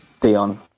Dion